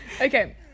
Okay